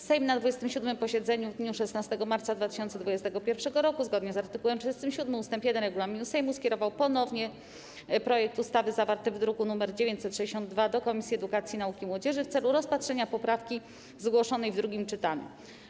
Sejm na 27. posiedzeniu w dniu 16 marca 2021 r., zgodnie z art. 37 ust. 1 regulaminu Sejmu, skierował ponownie projekt ustawy zawarty w druku nr 962 do Komisji Edukacji, Nauki i Młodzieży w celu rozpatrzenia poprawki zgłoszonej w drugim czytaniu.